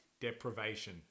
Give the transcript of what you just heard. Deprivation